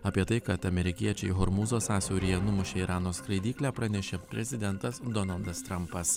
apie tai kad amerikiečiai hormūzo sąsiauryje numušė irano skraidyklę pranešė prezidentas donaldas trampas